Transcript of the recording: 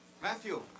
Matthew